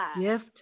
gift